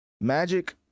Magic